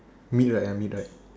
mid right ah mid right